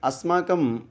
अस्माकं